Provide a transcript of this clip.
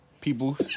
People